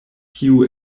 kiu